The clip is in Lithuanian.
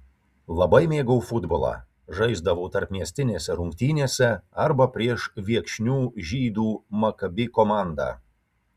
labai mėgau futbolą žaisdavau tarpmiestinėse rungtynėse arba prieš viekšnių žydų makabi komandą